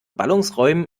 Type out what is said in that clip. ballungsräumen